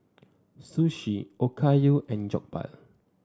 Sushi Okayu and Jokbal